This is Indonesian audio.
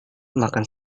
makan